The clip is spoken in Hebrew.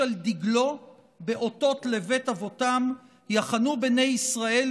על דגלו באתת לבית אבתם יחנו בני ישראל,